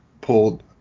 pulled